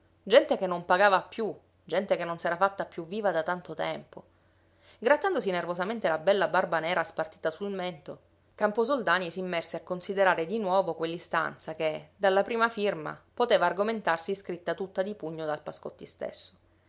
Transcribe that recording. gente che non pagava più gente che non s'era fatta più viva da tanto tempo grattandosi nervosamente la bella barba nera spartita sul mento camposoldani s'immerse a considerare di nuovo quell'istanza che dalla prima firma poteva argomentarsi scritta tutta di pugno dal pascotti stesso